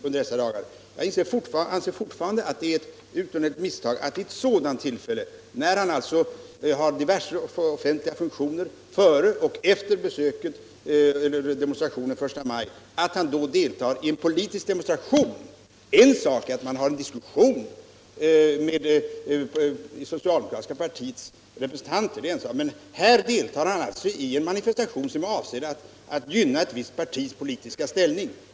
Jag anser fortfarande att det är ett misstag att vid ett sådant tillfälle, när han har diverse offentliga funktioner före och efter förstamajdemonstrationen, delta i en politisk demonstration. En sak är att ha en diskussion med socialdemokratiska partiets representanter, men här deltog han i en manifestation som var avsedd att gynna ett visst partis politiska ställning.